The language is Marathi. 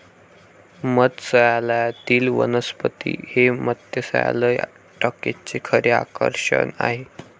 मत्स्यालयातील वनस्पती हे मत्स्यालय टँकचे खरे आकर्षण आहे